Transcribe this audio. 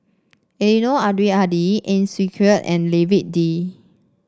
Eddino Abdul Hadi Ang Swee Aun and David Lee